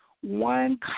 one